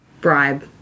Bribe